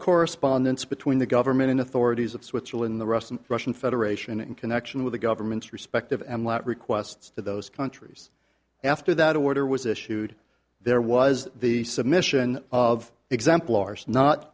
correspondence between the government authorities of switzerland the russian russian federation in connection with the government's respective and let requests to those countries after that order was issued there was the submission of example arce not